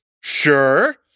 Sure